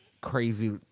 crazy